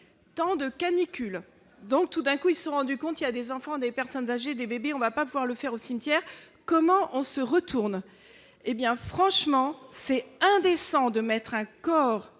temps de canicule donc tout d'un coup ils sont rendu compte il y a des enfants, des personnes âgées, des bébés, on va pas pouvoir le faire au cimetière, comment on se retourne, hé bien, franchement c'est indécent de mettre un accord